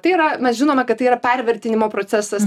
tai yra mes žinome kad tai yra pervertinimo procesas